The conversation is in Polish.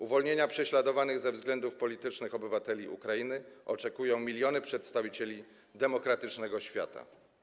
Uwolnienia prześladowanych ze względów politycznych obywateli Ukrainy oczekują miliony przedstawicieli demokratycznego świata”